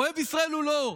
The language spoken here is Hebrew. אוהב ישראל הוא לא.